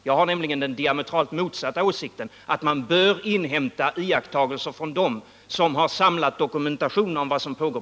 Jag har den diametralt motsatta åsikten att man bör inhämta uppgifter om iakttagelser som gjorts av dem som på platsen har samlat dokumentation om vad som pågår.